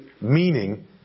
meaning